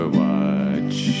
watch